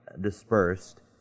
dispersed